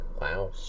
Wow